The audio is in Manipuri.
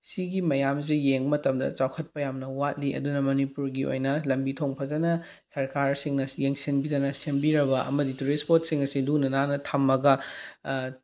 ꯁꯤꯒꯤ ꯃꯌꯥꯝꯁꯦ ꯌꯦꯡꯕ ꯃꯇꯝꯗ ꯆꯥꯎꯈꯠꯄ ꯌꯥꯝꯅ ꯋꯥꯠꯂꯤ ꯑꯗꯨꯅ ꯃꯅꯤꯄꯨꯔꯒꯤ ꯑꯣꯏꯅ ꯂꯝꯕꯤ ꯊꯣꯡ ꯐꯖꯅ ꯁꯔꯀꯥꯔꯁꯤꯡꯅ ꯌꯦꯡꯁꯟꯕꯤꯗꯅ ꯁꯦꯝꯕꯤꯔꯕ ꯑꯃꯗꯤ ꯇꯨꯔꯤꯁ ꯁ꯭ꯄꯣꯠꯁꯤꯡ ꯑꯁꯤ ꯂꯨꯅ ꯅꯥꯟꯅ ꯊꯝꯃꯒ